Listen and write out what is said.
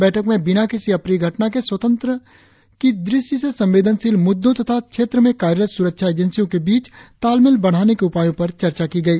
बैठक में बिना किसी अप्रिय घटना के स्वतंत्र की दृष्ठि से संवेदनशील मुद्दों तथा क्षेत्र में कार्यरत सुरक्षा एजेंसियों के बीच तालमेल बढ़ाने के उपायों पर चर्चा की गई